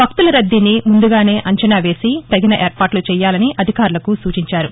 భక్తుల రద్దీని ముందుగానే అంచనా వేసి తగిన ఏర్పాట్ల చేయాలని అధికారులకు సూచించారు